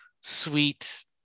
sweet